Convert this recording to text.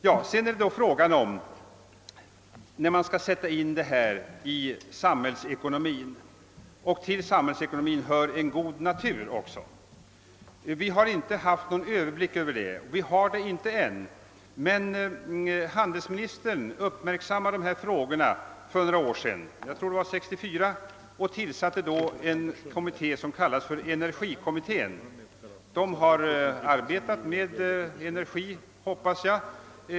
Vad beträffar denna fråga sett ur samhällsekonomisk synpunkt, och till samhällsekonomin hör också att naturen bevaras, har vi inte haft någon överblick över den frågan, och vi har det inte ännu. Men handelsministern uppmärksammade dessa frågor för några år sedan — jag tror det var år 1964 — och tillsatte då en kommitté som kallas för energikommittén. Den har arbetat med energi — får man hoppas.